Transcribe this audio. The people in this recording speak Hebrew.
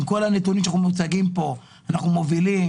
עם כל הנתונים שמוצגים פה: אנחנו מובילים,